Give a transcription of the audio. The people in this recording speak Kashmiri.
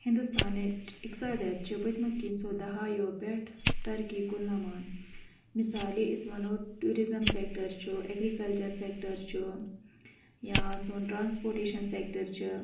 ہندوستانٕچ اکسادِیات چھِ پٔتۍ میو کیٚنٛژھو دہایو پٮ۪ٹھ ترقی کُن لمان مِسالے أس وَنو ٹیورِزٕم سٮ۪کٹر چھُ ایگرِکلچر سٮ۪کٹر چھُ یا سوٚن ٹرانسپوٹیشن سٮ۪کٹر چھُ